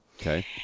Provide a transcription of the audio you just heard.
Okay